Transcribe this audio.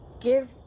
Give